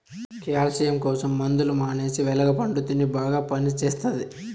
calcium కోసం మందులు మానేసి వెలగ పండు తిను బాగా పనిచేస్తది